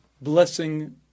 blessing